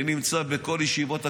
אני נמצא בכל ישיבות הקבינט,